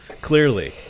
Clearly